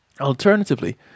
Alternatively